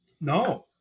No